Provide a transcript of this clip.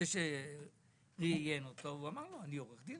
לאדם שראיין אותו: "אני עורך דין.